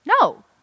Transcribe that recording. No